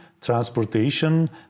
transportation